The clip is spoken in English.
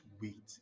wait